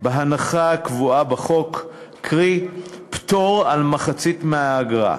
בהנחה הקבועה בחוק, קרי פטור ממחצית האגרה,